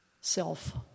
self